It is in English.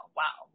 wow